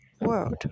world